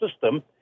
system